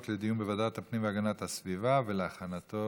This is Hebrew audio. לדיון בוועדת הפנים והגנת הסביבה להכנתה